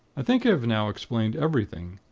i think i have now explained everything.